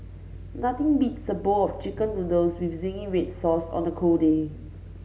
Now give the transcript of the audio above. nothing beats a bowl of chicken noodles with zingy red sauce on a cold day